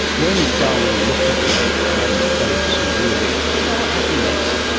when darwin looked at the ape and played some music, do you know what happened next?